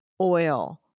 oil